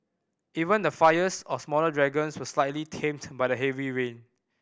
even the fires of the smaller dragons were slightly tamed by the heavy rain